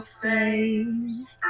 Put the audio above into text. face